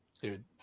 Dude